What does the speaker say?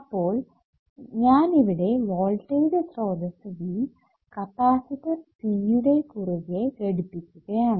അപ്പോൾ ഞാൻ ഇവിടെ വോൾടേജ് സ്രോതസ്സ് V കപ്പാസിറ്റർ C യുടെ കുറുകെ ഘടിപ്പിക്കുകയാണ്